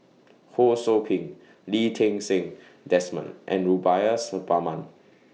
Ho SOU Ping Lee Ti Seng Desmond and Rubiah Suparman